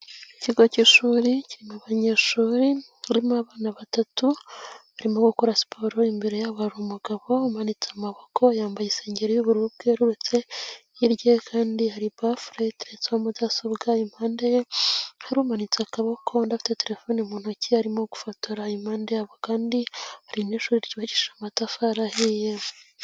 Ikigo cy'ishuri kiri mu abanyeshuri barimo abana batatu barimo gukora, siporo imbere yabo hari umugabo umanitse amaboko yambaye isengeri y'ubururu bwerurutse hirya ye kandi hari bafure iteretseho mudasobwa. impande ye yarumanitse akaboko undi afite telefone mu ntoki arimo gufotora, impande yabo kandi iri shuri ryubakije amatafari ahiye.